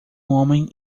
homem